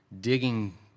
digging